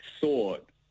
thought